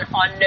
on